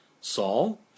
Saul